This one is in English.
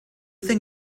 thing